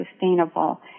sustainable